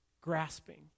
grasping